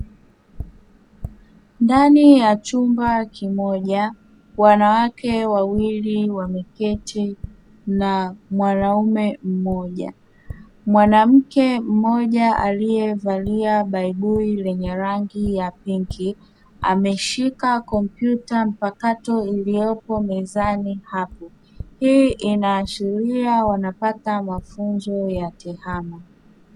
Ndani ya chumba kimoja wanawake wawili wameketi na mwanaume mmoja. Mwanamke mmoja aliyevalia baibui lenye rangi ya pinki, ameshika kompyuta mpakato iliyopo mezani hapo. Hii inaashiria wanapata mafunzo ya tehama.